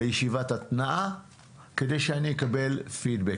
לישיבת התנעה כדי שנאי אקבל פידבק?